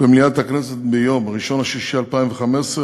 במליאת הכנסת ביום 1 ביוני 2015,